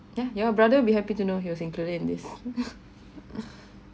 yeah your brother will be happy to know he was included in this